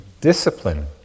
discipline